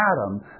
Adam